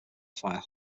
fire